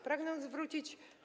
Pragnę zwrócić.